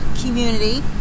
community